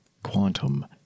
quantum